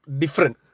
different